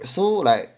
so like